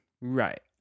Right